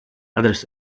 others